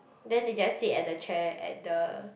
then they just sit at the chair at the